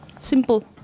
Simple